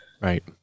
right